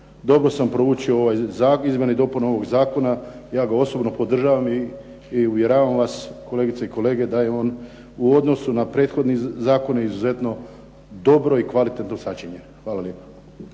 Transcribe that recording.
dobro sam proučio izmjene i dopune ovog zakona. Ja ga osobno podržavam i uvjeravam vas, kolegice i kolege, da je on u odnosu na prethodni zakon izuzetno dobro i kvalitetno sačinjen. Hvala lijepo.